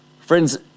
Friends